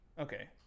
okay